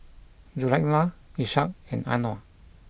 Zulaikha Ishak and Anuar